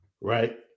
right